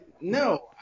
No